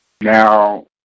Now